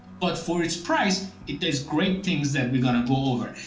but for its price, it does great things that we're gonna go over.